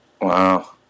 Wow